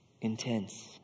Intense